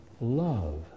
love